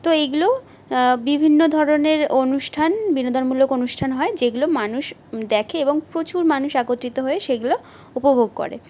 তো এইগুলো বিভিন্ন ধরণের অনুষ্ঠান বিনোদনমূলক অনুষ্ঠান হয় যেগুলো মানুষ দেখে এবং প্রচুর মানুষ একত্রিত হয়ে সেগুলো উপভোগ করে